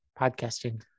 Podcasting